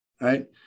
right